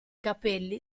capelli